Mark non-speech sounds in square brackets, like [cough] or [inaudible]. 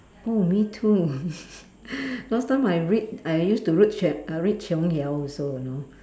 oh me too [laughs] last time I read I used to read Qio~ uh read Qiong-Yao also you know